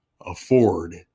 afford